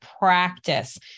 practice